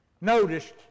noticed